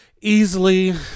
easily